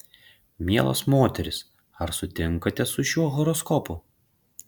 mielos moterys ar sutinkate su šiuo horoskopu